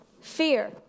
fear